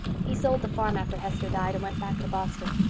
he sold the farm after hester died and went back to boston.